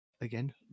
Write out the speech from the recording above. again